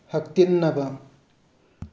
ꯍꯛꯇꯤꯟꯅꯕ